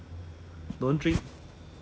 no wonder 我的 brother-in-law 一直在喝